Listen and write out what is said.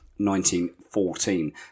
1914